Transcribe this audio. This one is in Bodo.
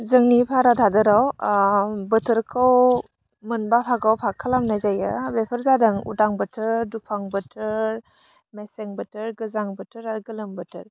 जोंनि भारत हादराव बोथोरखौ मोनबा फागोयाव बाग खालामनाय जायो बेफोर जादों उदां बोथोर दुफां बोथोर मेसें बोथोर गोजां बोथोर आरो गोलोम बोथोर